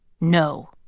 No